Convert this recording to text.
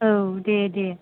औ दे दे